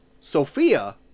Sophia